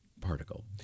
particle